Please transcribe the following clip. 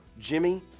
Jimmy